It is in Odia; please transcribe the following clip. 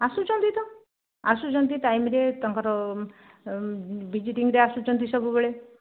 ଆସୁଛନ୍ତି ତ ଆସୁଛନ୍ତି ଟାଇମ୍ରେ ତାଙ୍କର ଭିଜିଟିଙ୍ଗରେ ଆସୁଛନ୍ତି ସବୁ ବେଳେ